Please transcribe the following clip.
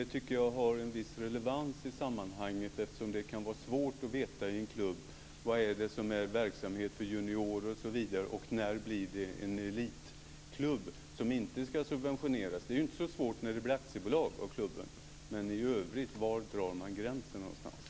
Det har en viss relevans i sammanhanget. Det kan vara svårt att i en klubb veta hur man skiljer på verksamhet för juniorer och när det är fråga om en elitklubb som inte ska subventioneras. Det är inte så svårt att veta när klubben blir aktiebolag, men var drar man i övrigt gränsen?